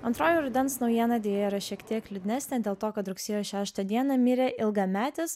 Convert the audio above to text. antroji rudens naujiena deja yra šiek tiek liūdnesnė dėl to kad rugsėjo šeštą dieną mirė ilgametis